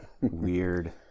weird